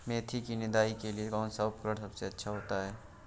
मेथी की निदाई के लिए कौन सा उपकरण सबसे अच्छा होता है?